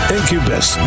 Incubus